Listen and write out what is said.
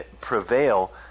prevail